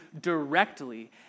directly